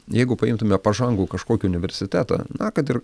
jeigu paimtume pažangų kažkokį universitetą na kad ir